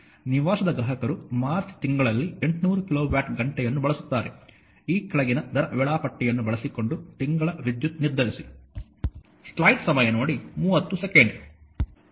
ನಿವಾಸದ ಗ್ರಾಹಕರು ಮಾರ್ಚ್ ತಿಂಗಳಲ್ಲಿ 800 ಕಿಲೋವ್ಯಾಟ್ ಘಂಟೆಯನ್ನು ಬಳಸುತ್ತಾರೆ ಈ ಕೆಳಗಿನ ದರ ವೇಳಾಪಟ್ಟಿಯನ್ನು ಬಳಸಿಕೊಂಡು ತಿಂಗಳ ವಿದ್ಯುತ್ ನಿರ್ಧರಿಸಿ